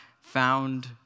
found